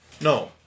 No